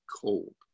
cold